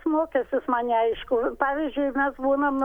mokestis man neaišku pavyzdžiui mes būnam